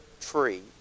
tree